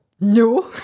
No